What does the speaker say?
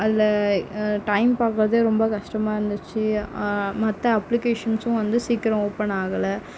அதில் டைம் பாக்கிறதே ரொம்ப கஷ்டமாக இருந்துச்சு மொத்த அப்ளிகேஷன்ஸும் வந்து சீக்கிரம் ஓபன் ஆகலை